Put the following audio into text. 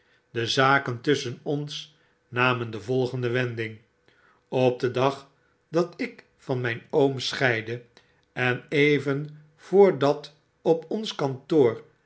de zaken tusschen ons namen de volgende wending op den dag dat ik van mijn oom scheidde en even voor dat op ons kantoor